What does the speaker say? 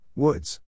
Woods